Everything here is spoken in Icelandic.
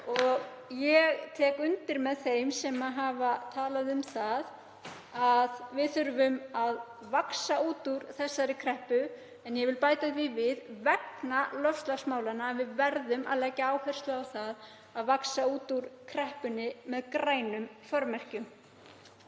Ég tek undir með þeim sem hafa talað um að við þurfum að vaxa út úr þessari kreppu. En ég vil bæta því við, vegna loftslagsmála, að við verðum að leggja áherslu á að vaxa út úr kreppunni með grænum formerkjum.